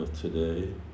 today